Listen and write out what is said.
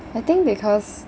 I think because